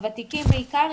הוותיקים בעיקר,